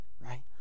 right